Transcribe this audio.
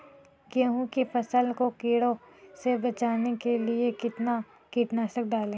गेहूँ की फसल को कीड़ों से बचाने के लिए कितना कीटनाशक डालें?